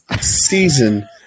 season